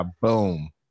Boom